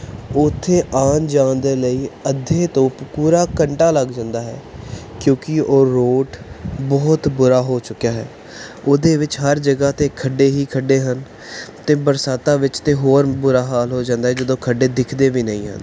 ਉੱਥੇ ਆਉਣ ਜਾਣ ਦੇ ਲਈ ਅੱਧੇ ਤੋਂ ਪੂਰਾ ਘੰਟਾ ਲੱਗ ਜਾਂਦਾ ਹੈ ਕਿਉਂਕਿ ਉਹ ਰੋਡ ਬਹੁਤ ਬੁਰਾ ਹੋ ਚੁੱਕਿਆ ਹੈ ਉਹਦੇ ਵਿੱਚ ਹਰ ਜਗ੍ਹਾ 'ਤੇ ਖੱਡੇ ਹੀ ਖੱਡੇ ਹਨ ਅਤੇ ਬਰਸਾਤਾਂ ਵਿੱਚ ਤਾਂ ਹੋਰ ਬੁਰਾ ਹਾਲ ਹੋ ਜਾਂਦਾ ਜਦੋਂ ਖੱਡੇ ਦਿੱਖਦੇ ਵੀ ਨਹੀਂ ਹਨ